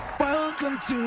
welcome to